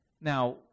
Now